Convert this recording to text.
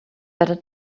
better